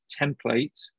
template